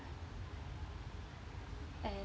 and